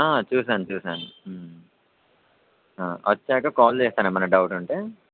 చూసాను చూసాను వచ్చాక కాల్ చేస్తాను ఏమైనా డౌట్ ఉంటే